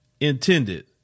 intended